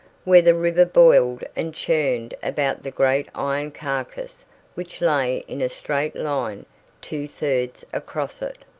where the river boiled and churned about the great iron carcass which lay in a straight line two thirds across it.